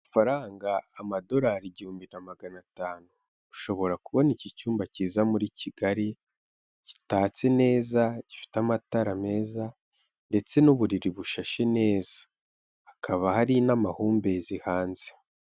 Amafaranga, amadolari igihumbi magana atanu, ushobora kubona iki cyumba kiza muri Kigali, gitatse neza, gifite amatara meza ndetse n'uburiri bushashe neza, hakaba hari n'amahumbezi hanze.